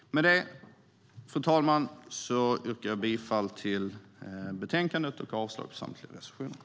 Med det, fru talman, yrkar jag bifall till förslaget i betänkandet och avslag på samtliga reservationer.